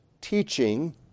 teaching